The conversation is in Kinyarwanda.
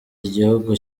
igihugu